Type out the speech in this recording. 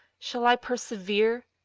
shall i persevere?